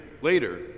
later